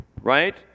right